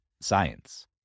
science